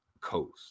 coast